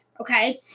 okay